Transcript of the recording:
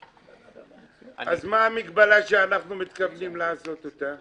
אז מה המגבלה שאנחנו מתכוונים לעשות אותה?